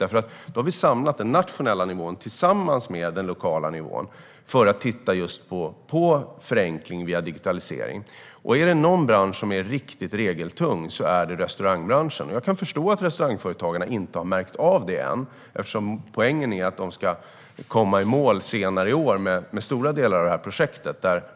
Vi har samlat den nationella nivån tillsammans med den lokala nivån för att titta just på förenkling via digitalisering. En bransch som är riktigt regeltung är restaurangbranschen. Jag kan förstå att restaurangföretagarna inte har märkt av arbetet än. Poängen är att de senare i år ska komma i mål med stora delar av projektet.